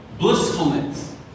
blissfulness